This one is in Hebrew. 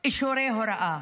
אישורי הוראה.